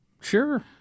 Sure